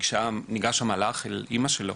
נגש המלאך אל אמא שלו